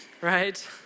right